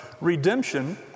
redemption